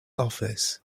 office